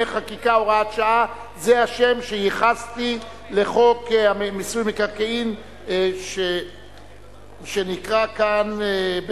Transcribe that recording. חקיקה) (הוראת שעה) זה השם שייחסתי לחוק מיסוי מקרקעין שנקרא כאן,